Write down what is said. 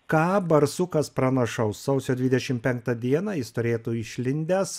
ką barsukas pranašaus sausio dvidešim penktą dieną jis turėtų išlindęs